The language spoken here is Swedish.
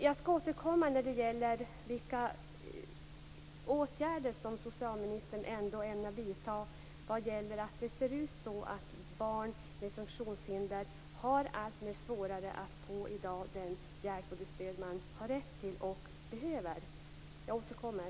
Jag skall återkomma när det gäller de åtgärder som socialministern ämnar vidta vad gäller att det ser ut som om barn med funktionshinder i dag har allt svårare att få den hjälp och det stöd som de har rätt till och behöver.